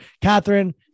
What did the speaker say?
Catherine